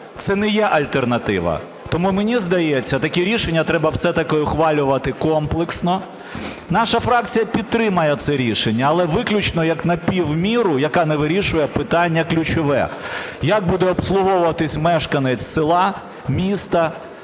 це не є альтернатива. Тому, мені здається, таке рішення треба все-таки ухвалювати комплексно. Наша фракція підтримає це рішення, але виключно як напівміру, яка не вирішує питання ключове: як буде обслуговуватися мешканець села, міста,